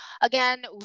again